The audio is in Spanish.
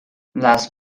las